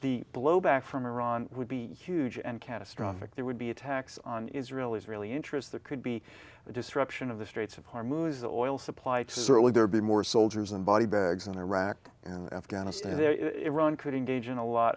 the blowback from iran would be huge and catastrophic there would be attacks on israel israeli interests that could be a disruption of the straits of hormuz the oil supply certainly there be more soldiers in body bags in iraq and afghanistan iran could engage in a lot